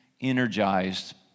energized